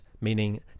meaning